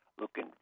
looking